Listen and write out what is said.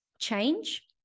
change